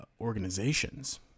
organizations